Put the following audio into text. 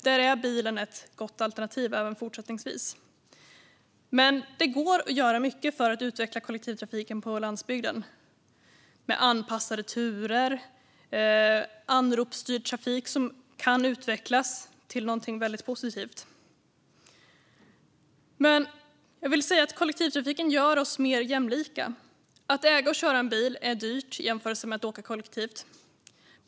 Där är bilen ett gott alternativ även fortsättningsvis. Det går dock att göra mycket för att utveckla kollektivtrafiken även på landsbygden. Det handlar om anpassade turer och anropsstyrd trafik som kan utvecklas till någonting väldigt positivt. Herr ålderspresident! Kollektivtrafiken gör oss mer jämlika. Att äga och köra en bil är dyrt i jämförelse med att åka kollektivt.